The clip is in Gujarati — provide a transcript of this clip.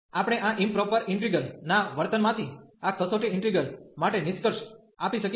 આપણે આ ઈમપ્રોપર ઈન્ટિગ્રલ ના વર્તનમાંથી આ કસોટી ઈન્ટિગ્રલ માટે નિસ્કર્ષ આપી શકીએ છીએ